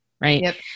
right